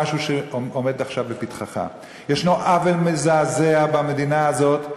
משהו שעומד עכשיו לפתחך: יש עוול מזעזע במדינה הזאת,